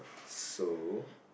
so